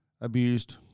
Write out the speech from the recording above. abused